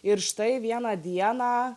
ir štai vieną dieną